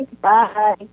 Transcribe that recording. Bye